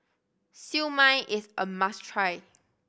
Siew Mai is a must try